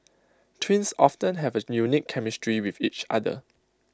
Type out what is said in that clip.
twins often have A unique chemistry with each other